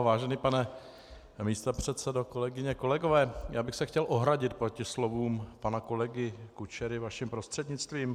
Vážený pane místopředsedo, kolegyně, kolegové, já bych se chtěl ohradit proti slovům pana kolegy Kučery, vaším prostřednictvím.